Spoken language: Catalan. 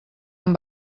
amb